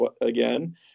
again